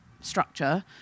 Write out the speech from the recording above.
structure